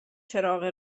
چراغ